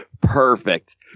perfect